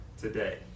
today